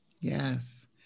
Yes